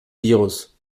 virus